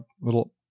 little